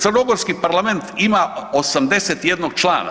Crnogorski parlament ima 81 člana.